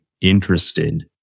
interested